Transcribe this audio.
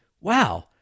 wow